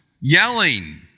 yelling